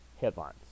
headlines